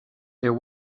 there